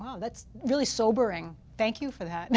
wow that's really sobering thank you for that